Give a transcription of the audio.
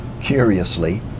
curiously